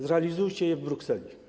Zrealizujcie je w Brukseli.